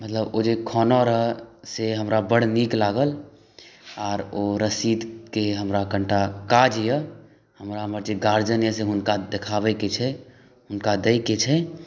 मतलब ओ जे खाना रहै से हमरा बड़ नीक लागल आओर ओ रसीदके हमरा कनिटा काज अइ हमरा हमर जे गार्जिअन अइ हुनका देखाबैके छै हुनका दैके छै